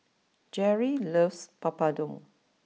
Jeri loves Papadum